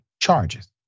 charges